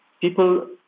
people